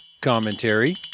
commentary